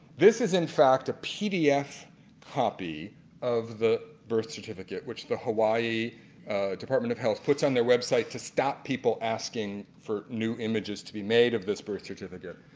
this is in fact a pdf copy of the birth certificate which is hawaii department of health puts on their website to stop people asking for new images to be made of this birth certificate.